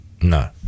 No